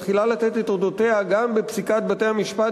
מתחילה לתת את אותותיה גם בפסיקת בתי-המשפט